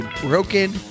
broken